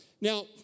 Now